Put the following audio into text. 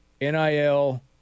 NIL